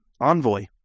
Envoy